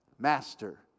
Master